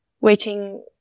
Waiting